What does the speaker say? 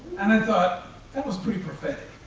and i thought that was pretty prophetic.